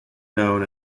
known